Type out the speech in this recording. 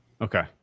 okay